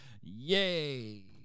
yay